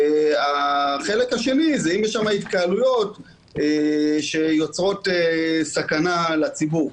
החלק השני הוא האם יש שם התקהלויות שיוצרות סכנה לציבור.